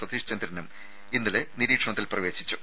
സതീഷ് ചന്ദ്രനും ഇന്നലെ നിരീക്ഷണത്തിൽ പ്രവേശിച്ചു